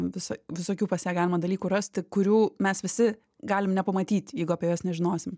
visa visokių pas ją galima dalykų rasti kurių mes visi galim nepamatyt jeigu apie juos nežinosim